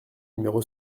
numéro